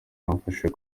bamfashije